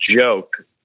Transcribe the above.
joke